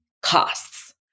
costs